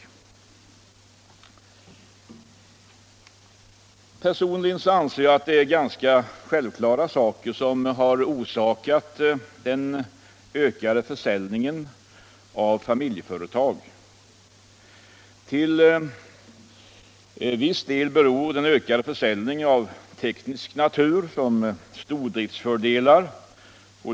Personligen anser jag att det är ganska självklara fakta som har orsakat den ökade försäljningen av familjeföretag. Till viss del är dessa orsaker av teknisk natur, såsom stordriftsfördelar.